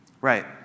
Right